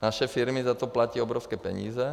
Naše firmy za to platí obrovské peníze.